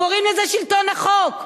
קוראים לזה שלטון החוק,